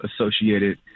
associated